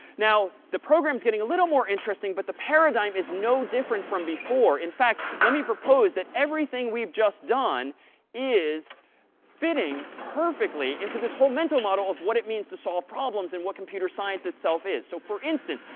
now the program is getting a little more interesting, but the paradigm is no different from before. in fact, let me propose that everything we've just done is fitting perfectly into this whole mental model of what it means to solve problems and what computer science itself is. so for instance,